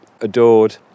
adored